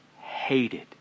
hated